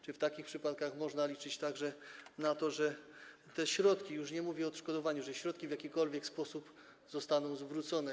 Czy w takich przypadkach można liczyć także na to, że te środki, już nie mówię o odszkodowaniu, w jakikolwiek sposób zostaną zwrócone?